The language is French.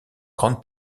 grande